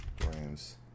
grams